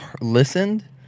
listened